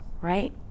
right